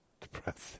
depressing